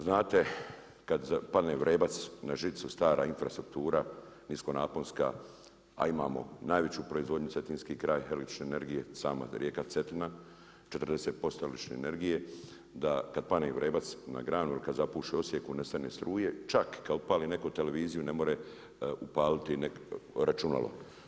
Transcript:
Znate kad padne vrebac na žicu stara infrastruktura nisko naponska a imamo najveću proizvodnju cetinske kraj električne energije, sama rijeka Cetina, 40% električne energije, da kad padne vrebac na granu ili kad zapuše u Osijeku nestane struje, čak kad i upali netko televiziju ne može upaliti računalo.